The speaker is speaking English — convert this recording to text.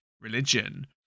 religion